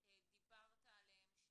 דיברת עליהם,